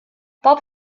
bob